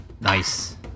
Nice